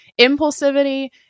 Impulsivity